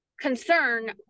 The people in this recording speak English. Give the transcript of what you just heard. concern